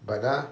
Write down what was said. but ah